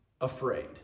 afraid